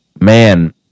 man